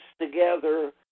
together